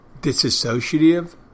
disassociative